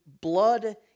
blood